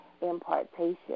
impartation